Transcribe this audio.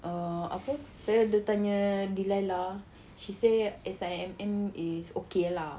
err apa ada tanya delilah she say S_I_M_M is okay lah